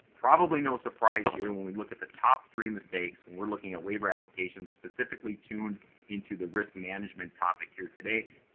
probably no surprise here, when we look at the top three mistakes when we're looking at waiver applications, specifically tune into the risk management topic here today.